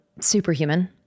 superhuman